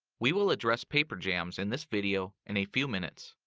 we will address paper jams in this video in a few minutes.